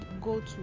go-to